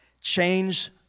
change